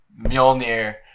Mjolnir